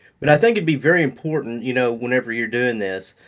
but i think it'd be very important you know whenever you're doing this,